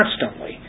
constantly